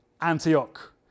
Antioch